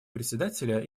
председателя